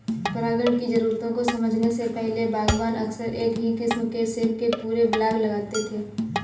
परागण की जरूरतों को समझने से पहले, बागवान अक्सर एक ही किस्म के सेब के पूरे ब्लॉक लगाते थे